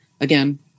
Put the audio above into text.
again